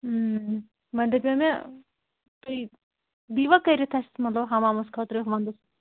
وۄنۍ دَپیو مےٚ تُہۍ دِی وَا کٔرِتھ اَسہِ مطلب ہَمامَس خٲطرٕ وَندَس